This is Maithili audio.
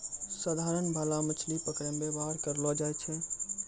साधारण भाला मछली पकड़ै मे वेवहार करलो जाय छै